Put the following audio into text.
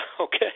Okay